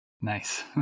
Nice